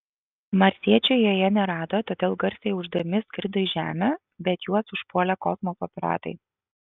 marsiečių joje nerado todėl garsiai ūždami skrido į žemę bet juos užpuolė kosmoso piratai